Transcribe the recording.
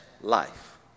life